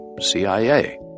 CIA